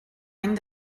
any